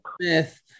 Smith